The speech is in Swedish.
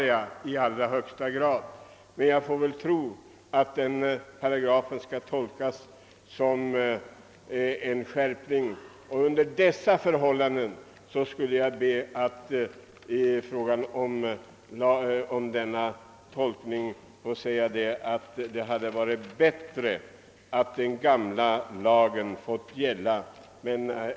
Jag tror därför att det hade varit bättre om den gamla lagen fått fortsätta att gälla.